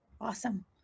Awesome